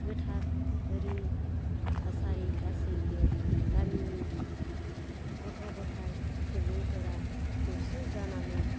गोथार आसारि गासैबो गामिनि गथ' गथाय सुबुंफोरा खौसे जानानै